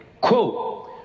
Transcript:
Quote